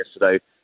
yesterday